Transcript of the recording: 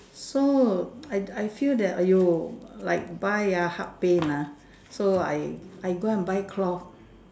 so I I feel that !aiyo! like buy ah heart pain ah so I I go and buy cloth